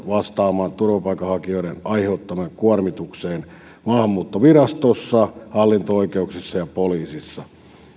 vastaamaan turvapaikanhakijoiden aiheuttamaan kuormitukseen maahanmuuttovirastossa hallinto oikeuksissa ja poliisissa